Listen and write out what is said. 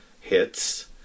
hits